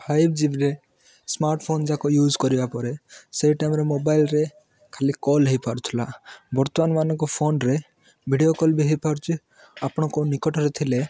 five ଜିବିରେ ସ୍ମାର୍ଟଫୋନ୍ଯାକ use କରିବାପରେ ସେଇ ଟାଇମ୍ରେ ମୋବାଇଲ୍ରେ ଖାଲି କଲ୍ ହେଇପାରୁଥିଲା ବର୍ତ୍ତମାନମାନଙ୍କ ଫୋନ୍ରେ ଭିଡ଼ିଓ କଲ୍ ବି ହେଇପାରୁଛି ଆପଣ କେଉଁ ନିକଟରେ ଥିଲେ